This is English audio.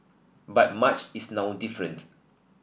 but much is now different